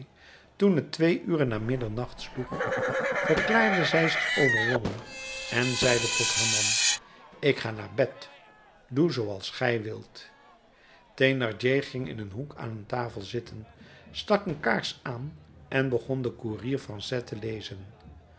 toen het twee uren na middernacht sloeg verklaarde zij zich overwonnen en zeide tot haar man ik ga naar bed doe zooals gij wilt thénardier ging in een hoek aan een tafel zitten stak een kaars aan en begon de courrier français te lezen